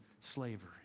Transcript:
slavery